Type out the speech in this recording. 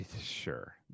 sure